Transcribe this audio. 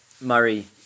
Murray